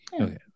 okay